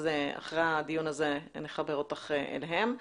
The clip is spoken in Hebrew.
אז אחרי הדיון הזה נחבר אותך אליהם.